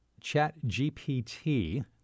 ChatGPT